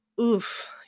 Oof